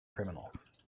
criminals